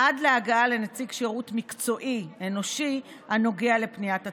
עד להגעה לנציג שירות מקצועי אנושי הנוגע לפניית הצרכן.